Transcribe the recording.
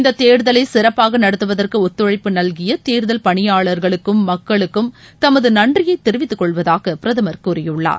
இந்த தேர்தலை சிறப்பாக நடத்துவதற்கு ஒத்துழைப்பு நல்கிய தேர்தல் பணியாளர்களுக்கும் மக்களுக்கும் தமது நன்றியை தெரிவித்து கொள்வதாக பிரதமர் கூறியுள்ளார்